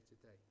today